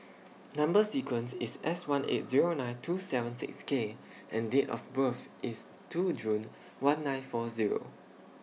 Number sequence IS S one eight Zero nine two seven six K and Date of birth IS two June one nine four Zero